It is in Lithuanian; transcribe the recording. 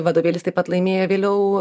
vadovėlis taip pat laimėjo vėliau